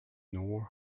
nor